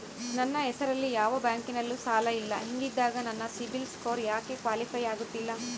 ನನ್ನ ಹೆಸರಲ್ಲಿ ಯಾವ ಬ್ಯಾಂಕಿನಲ್ಲೂ ಸಾಲ ಇಲ್ಲ ಹಿಂಗಿದ್ದಾಗ ನನ್ನ ಸಿಬಿಲ್ ಸ್ಕೋರ್ ಯಾಕೆ ಕ್ವಾಲಿಫೈ ಆಗುತ್ತಿಲ್ಲ?